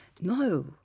No